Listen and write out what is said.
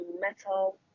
metal